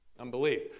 Unbelief